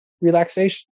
relaxation